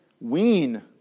wean